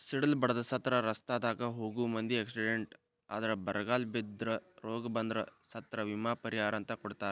ಸಿಡಿಲ ಬಡದ ಸತ್ರ ರಸ್ತಾದಾಗ ಹೋಗು ಮುಂದ ಎಕ್ಸಿಡೆಂಟ್ ಆದ್ರ ಬರಗಾಲ ಬಿದ್ರ ರೋಗ ಬಂದ್ರ ಸತ್ರ ವಿಮಾ ಪರಿಹಾರ ಅಂತ ಕೊಡತಾರ